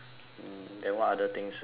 then what other things interest you